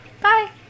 Bye